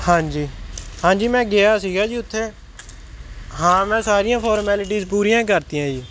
ਹਾਂਜੀ ਹਾਂਜੀ ਮੈਂ ਗਿਆ ਸੀਗਾ ਜੀ ਉੱਥੇ ਹਾਂ ਮੈਂ ਸਾਰੀਆਂ ਫੋਰਮੈਲਿਟੀਜ਼ ਪੂਰੀਆਂ ਕਰਤੀਆਂ ਜੀ